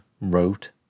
wrote